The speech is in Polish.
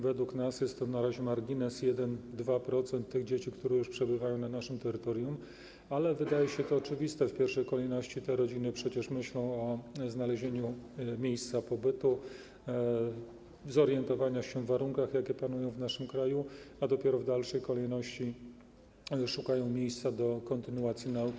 Według nas jest to margines - 1%, 2% dzieci, które już przebywają na naszym terytorium, ale wydaje się to oczywiste: w pierwszej kolejności te rodziny przecież myślą o znalezieniu miejsca pobytu, chcą zorientować się co do warunków, jakie panują w naszym kraju, a dopiero w dalszej kolejności szukają miejsca do kontynuacji nauki.